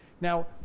Now